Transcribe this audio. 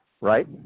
right